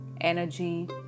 energy